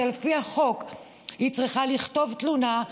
שעל פי החוק היא צריכה לכתוב תלונה,